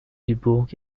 dubourg